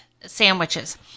sandwiches